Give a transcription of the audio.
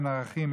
אין ערכים,